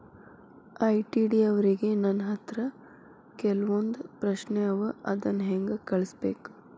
ITD ಅವ್ರಿಗೆ ನನ್ ಹತ್ರ ಕೆಲ್ವೊಂದ್ ಪ್ರಶ್ನೆ ಅವ ಅದನ್ನ ಹೆಂಗ್ ಕಳ್ಸ್ಬೇಕ್?